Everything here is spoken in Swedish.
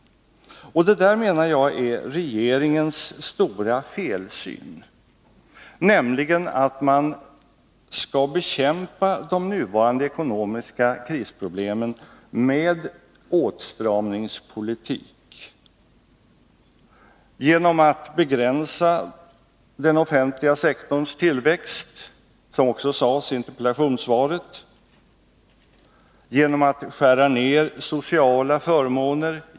Jag menar att regeringens stora felsyn är just detta, att man skall bekämpa de nuvarande ekonomiska krisproblemen med åtstramningspolitik. Man skall alltså göra det genom att begränsa den offentliga sektorns tillväxt, vilket också sades i interpellationssvaret, och genom att skära ner sociala förmåner.